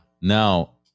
Now